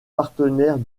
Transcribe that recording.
partenaires